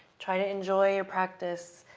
try to enjoy your practice.